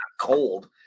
cold